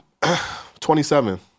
27